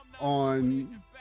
on